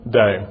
day